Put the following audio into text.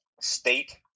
State